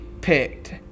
picked